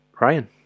ryan